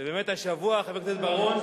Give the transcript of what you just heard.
ובאמת השבוע, חבר הכנסת בר-און,